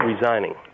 resigning